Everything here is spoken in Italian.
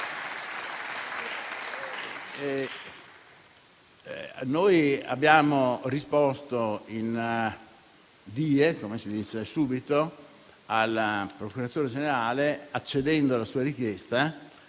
Abbiamo risposto *in die*, come si dice, subito, al procuratore generale, accedendo alla sua richiesta,